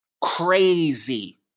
crazy